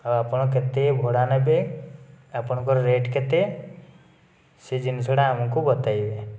ଆଉ ଆପଣ କେତେ ଭଡ଼ା ନେବେ ଆପଣଙ୍କର ରେଟ୍ କେତେ ସେ ଜିନିଷଟା ଆମକୁ ବତାଇବେ